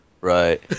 Right